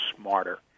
smarter